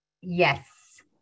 Yes